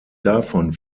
davon